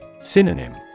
Synonym